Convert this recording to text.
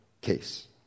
case